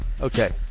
Okay